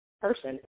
person